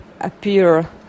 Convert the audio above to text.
appear